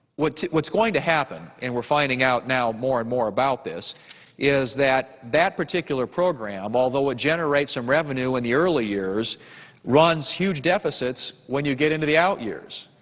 what's what's going to happen and we're finding out now more and more about this is that that particular program, although it generates some revenue in the early years runs huge deficits when you get into the out years.